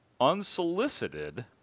unsolicited